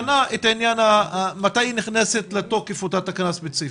שנה את העניין של מתי נכנסת לתוקף אותה תקנה ספציפית.